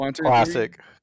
Classic